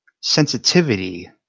sensitivity